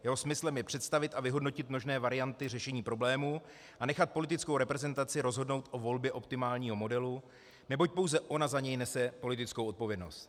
Jeho smyslem je představit a vyhodnotit možné varianty řešení problému a nechat politickou reprezentaci rozhodnout o volbě optimálního modelu, neboť pouze ona za něj nese politickou odpovědnost.